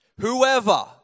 Whoever